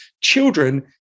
Children